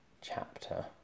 chapter